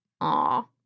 Aw